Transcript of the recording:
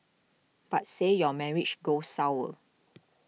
but say your marriage goes sour